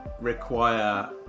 require